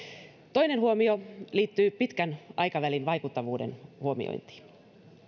toinen huomio liittyy pitkän aikavälin vaikuttavuuden huomiointiin